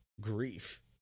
grief